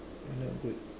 you're not good